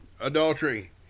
adultery